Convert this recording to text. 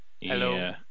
Hello